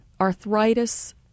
arthritis